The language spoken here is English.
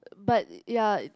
but ya